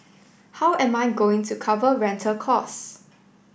how am I going to cover rental costs